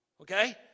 okay